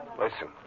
Listen